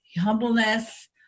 humbleness